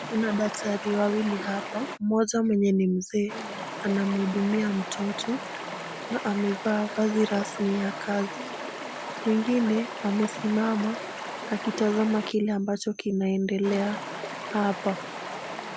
Kuna daktari wawili hapa. Mmoja mwenye ni mzee anamhudumia mtoto na amevaa vazi rasmi ya kazi. Mwingine amesimama, akitazama kile ambacho kinaendelea hapa.